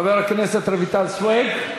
חברת הכנסת רויטל סוֵיד?